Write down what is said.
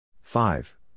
Five